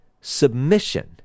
submission